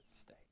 state